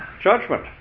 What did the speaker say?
judgment